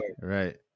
right